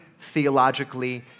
theologically